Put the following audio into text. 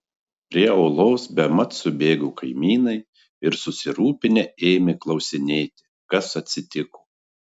prie olos bemat subėgo kaimynai ir susirūpinę ėmė klausinėti kas atsitiko